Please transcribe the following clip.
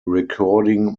recording